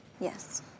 Yes